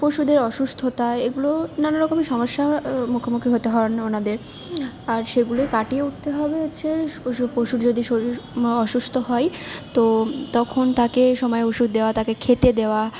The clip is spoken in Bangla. পশুদের অসুস্থতা এগুলো নানা রকমের সমস্যার মুখোমুখি হতে হয় ওনাদের আর সেগুলো কাটিয়ে উঠতে হবে হচ্ছে পশুর যদি শরীর অসুস্থ হয় তো তখন তাকে সময়ে ওষুধ দেওয়া তাকে খেতে দেওয়া